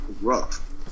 rough